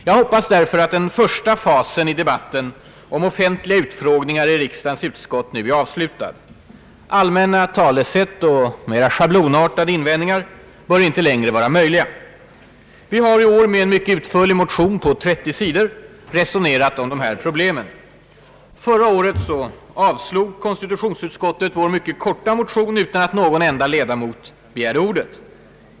Jag hoppas därför att den första fasen i debatten om offentliga utfrågningar i riksdagens utskott nu är avslutad. Allmänna talesätt och mera schablonartade invändningar bör inte längre vara möjliga. Vi har i år med en mycket utförlig motion på 30 sidor resonerat om de här problemen. Förra året avslog konstitutionsutskottet vår mycket korta motion utan att någon enda ledamot av utskottet begärde ordet.